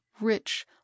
rich